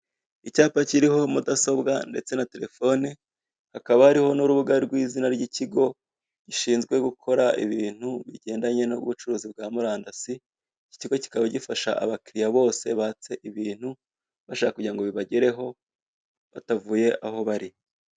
Icyapa kiriho mudasobwa ndetse na telefone, hakaba hariho n'urubuga rw'izina ry'ikigo gishinzwe gukora ibintu bigendanye n'ubucuruzi bwa murandasi, iki kigo kikaba gifasha abakiriya bose batse ibintu, bashaka kigira ngo bibagereho, batavuye aho bari.